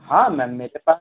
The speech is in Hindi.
हाँ मैम मेरे पास